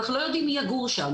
אנחנו לא יודעים מי יגור שם,